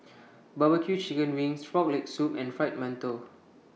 Barbecue Chicken Wings Frog Leg Soup and Fried mantou